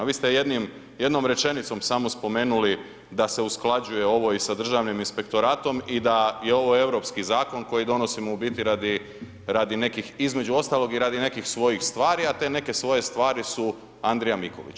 Vi ste jednom rečenicom samo spomenuli da se usklađuje ovo i sa Državnim inspektoratom i da je ovo europski zakon koji donosimo u biti radi nekih, između ostalog i radi nekih svojih stvari, a te neke svoje stvari su Andrija Mikulić.